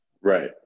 Right